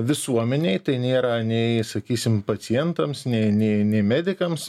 visuomenei tai nėra nei sakysim pacientams nei nei nei medikams